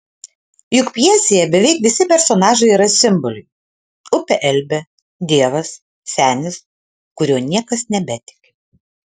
juk pjesėje beveik visi personažai yra simboliai upė elbė dievas senis kuriuo niekas nebetiki